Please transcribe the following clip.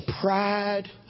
pride